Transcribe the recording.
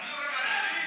אני הורג אנשים?